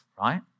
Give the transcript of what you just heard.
right